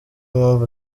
mpamvu